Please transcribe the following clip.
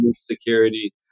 security